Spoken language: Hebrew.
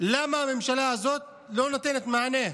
למה הממשלה הזאת לא נותנת מענה.